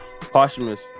posthumous